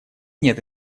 нет